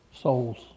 souls